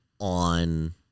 on